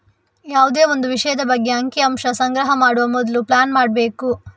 ಯಾವುದೇ ಒಂದು ವಿಷಯದ ಬಗ್ಗೆ ಅಂಕಿ ಅಂಶ ಸಂಗ್ರಹ ಮಾಡುವ ಮೊದ್ಲು ಪ್ಲಾನ್ ಮಾಡ್ಬೇಕು